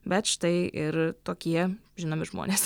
bet štai ir tokie žinomi žmonės